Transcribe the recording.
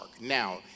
Now